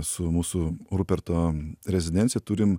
su mūsų ruperto rezidencija turim